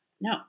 no